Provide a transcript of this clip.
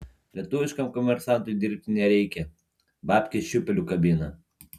lietuviškam komersantui dirbti nereikia babkes šiūpeliu kabina